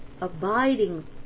abiding